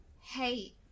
hey